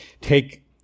take